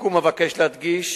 לסיכום אבקש להדגיש